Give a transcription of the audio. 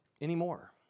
anymore